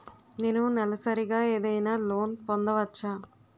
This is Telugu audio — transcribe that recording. నేను నెలసరిగా ఏదైనా లోన్ పొందవచ్చా?